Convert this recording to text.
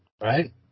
right